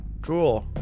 Draw